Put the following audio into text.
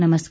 नमस्कार